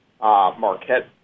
Marquette